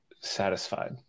satisfied